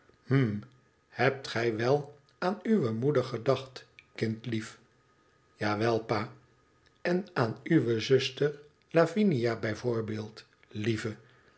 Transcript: hm hebt gij wel aan uwe moeder gedacht kindlief ja wel pa en aan uwe zuster lavmia bij voorbeeld lieve